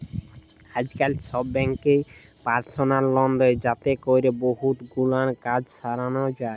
আইজকাল ছব ব্যাংকই পারসলাল লল দেই যাতে ক্যরে বহুত গুলান কাজ সরানো যায়